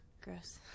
Gross